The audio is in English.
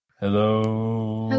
Hello